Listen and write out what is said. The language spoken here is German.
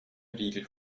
riegel